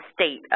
state